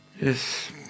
yes